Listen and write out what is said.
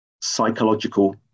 psychological